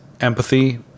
empathy